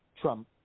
Trump